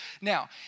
Now